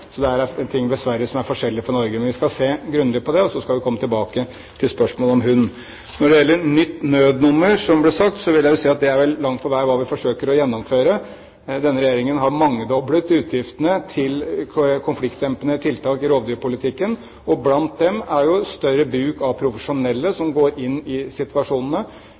Så det er ting ved Sverige som er forskjellig fra Norge. Vi skal se grundig på dette og så komme tilbake til spørsmålet om hund. Når det gjelder nytt nødnummer, som ble nevnt, vil jeg si at det er langt på vei hva vi forsøker å gjennomføre. Denne regjeringen har mangedoblet utgiftene til konfliktdempende tiltak i rovdyrpolitikken. Blant dem er større bruk av profesjonelle som går inn i situasjonene.